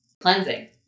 Cleansing